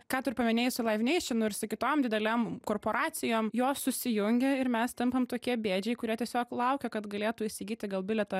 ką tu ir paminėjai su laiv neišionu ir su kitom didelėm korporacijom jos susijungia ir mes tampam tokie bėdžiai kurie tiesiog laukia kad galėtų įsigyti gal bilietą